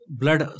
blood